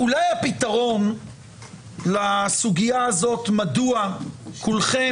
אולי הפתרון לסוגיה הזאת מדוע כולכם,